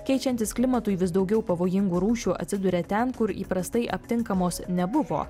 keičiantis klimatui vis daugiau pavojingų rūšių atsiduria ten kur įprastai aptinkamos nebuvo